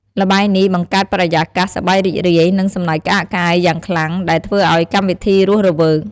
ល្បែងនេះបង្កើតបរិយាកាស សប្បាយរីករាយ និងសំណើចក្អាកក្អាយយ៉ាងខ្លាំង ដែលធ្វើឱ្យកម្មវិធីរស់រវើក។